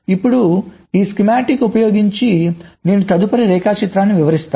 ఇప్పుడు ఈ స్కీమాటిక్ ఉపయోగించి నేను తదుపరి రేఖాచిత్రం వివరిస్తాను